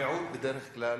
המיעוט בדרך כלל,